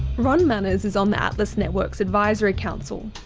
ron manners is on the atlas network's advisory council.